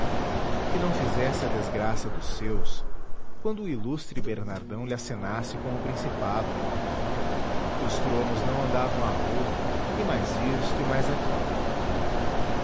que não fizesse a desgraça dos seus quando o ilustre bernardão lhe acenasse com o principado que os tronos não andavam a rodo e mais isto e mais aquilo